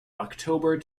october